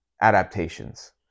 adaptations